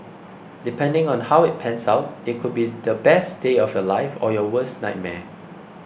depending on how it pans out it could be the best day of your life or your worst nightmare